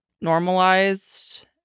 normalized